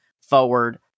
forward